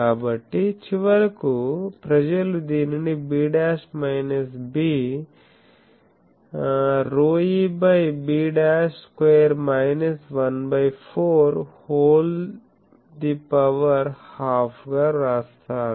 కాబట్టి చివరకు ప్రజలు దీనినిb minus b ρe b square minus 14 whole the power half గా వ్రాస్తారు